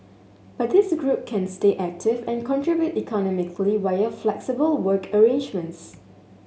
but this group can stay active and contribute economically via flexible work arrangements